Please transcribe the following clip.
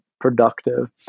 productive